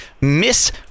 Miss